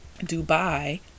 Dubai